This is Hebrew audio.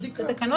עבודתו.